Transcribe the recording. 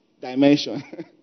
dimension